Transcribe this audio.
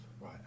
Right